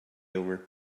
over